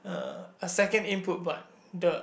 uh a second input but the